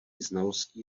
znalostí